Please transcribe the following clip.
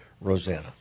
Rosanna